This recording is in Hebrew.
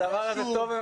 הדבר הזה טוב,